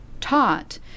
taught